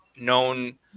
known